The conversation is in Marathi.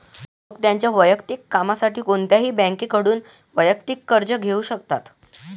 लोक त्यांच्या वैयक्तिक कामासाठी कोणत्याही बँकेकडून वैयक्तिक कर्ज घेऊ शकतात